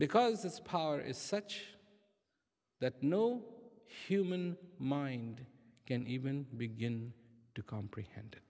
because this power is such that no human mind can even begin to comprehend